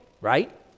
right